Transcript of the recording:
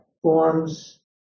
Forms